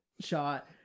shot